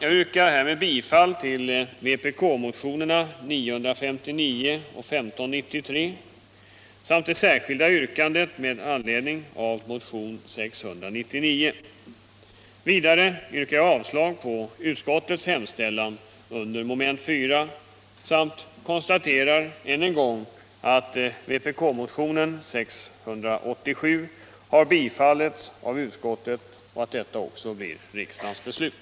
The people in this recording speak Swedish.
Jag yrkar härmed bifall till vpk-motionerna 959 och 1593 a) hos regeringen anhålla om en skyndsam prövning av frågan huruvida normalkostnader för anskaffande av glasögon bör infogas i sjukförsäkringssystemet och lagen om allmän försäkring, b) hos regeringen begära skyndsamt förslag till lag om ändring i lagen om allmän försäkring av innebörd att kostnader för reparation av glasögon vilka skadats i arbetet liksom för utbyte av sådana glasögon i sin helhet infogas i sjukförsäkringssystemet. Vidare yrkar jag avslag på utskottets hemställan under mom. 4 samt konstaterar än en gång, att vpk-motionen 687 har tillstyrkts av utskottet och också kommer att bifallas av riksdagen.